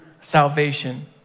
salvation